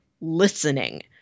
listening